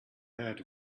heard